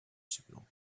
signal